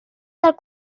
del